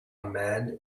man